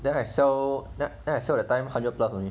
then I sell I sell that time hundred plus only